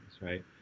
right